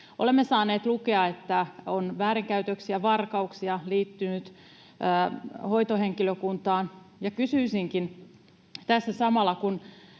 Olemme saaneet lukea, että väärinkäytöksiä ja varkauksia on liittynyt hoitohenkilökuntaan, ja kysyisinkin — tässä samalla,